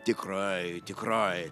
tikrai tikrai